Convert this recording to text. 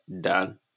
done